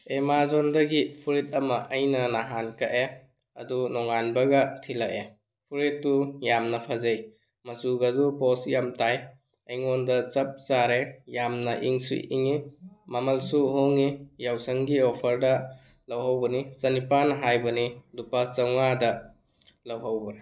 ꯑꯦꯃꯥꯖꯣꯟꯗꯒꯤ ꯐꯨꯔꯤꯠ ꯑꯃ ꯑꯩꯅ ꯅꯍꯥꯟ ꯀꯛꯑꯦ ꯑꯗꯨ ꯅꯣꯉꯥꯟꯕꯒ ꯊꯤꯜꯂꯛꯑꯦ ꯐꯨꯔꯤꯠꯇꯨ ꯌꯥꯝꯅ ꯐꯖꯩ ꯃꯆꯨꯒꯗꯨ ꯄꯣꯁ ꯌꯥꯝ ꯇꯥꯏ ꯑꯩꯉꯣꯟꯗ ꯆꯞ ꯆꯥꯔꯦ ꯌꯥꯝꯅ ꯏꯪꯁꯨ ꯏꯪꯏ ꯃꯃꯜꯁꯨ ꯍꯣꯡꯏ ꯌꯥꯎꯁꯪꯒꯤ ꯑꯣꯐꯔꯗ ꯂꯧꯍꯧꯕꯅꯤ ꯆꯥꯅꯤꯄꯥꯜ ꯍꯥꯏꯕꯅꯤ ꯂꯨꯄꯥ ꯆꯥꯝꯃꯉꯥꯗ ꯂꯧꯍꯧꯕꯅꯤ